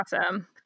awesome